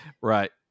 Right